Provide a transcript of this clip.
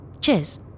Cheers